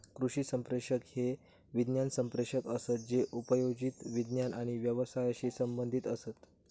कृषी संप्रेषक हे विज्ञान संप्रेषक असत जे उपयोजित विज्ञान आणि व्यवसायाशी संबंधीत असत